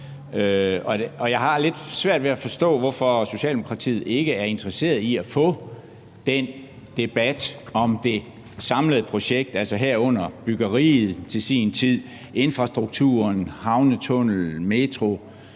Jeg har lidt svært ved at forstå, hvorfor Socialdemokratiet ikke er interesseret i at få den debat om det samlede projekt, altså herunder byggeriet til sin tid, infrastrukturen, havnetunnellen, metroen,